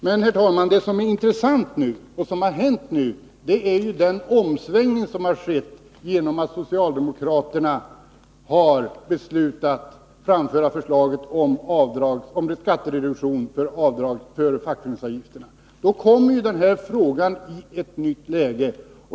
Men, herr talman, det som är intressant med det som har hänt nu är den omsvängning som har skett genom att socialdemokraterna har beslutat att framföra förslaget om skattereduktion genom avdrag av fackföreningsavgifterna. Då kommer den här frågan i ett nytt läge.